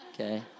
okay